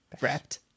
wrapped